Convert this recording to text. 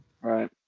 Right